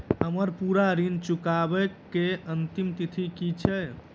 हम्मर पूरा ऋण चुकाबै केँ अंतिम तिथि की छै?